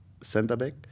center-back